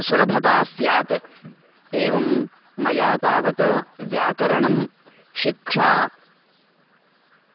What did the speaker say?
सुलभता स्यात् एवं मया तावत् व्याकरणं शिक्षा